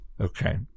Okay